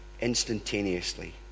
instantaneously